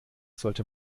sollte